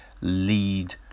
lead